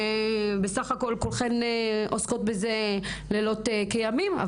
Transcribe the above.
בסך הכול כולכן עוסקות בזה לילות כימים,